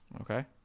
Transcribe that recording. Okay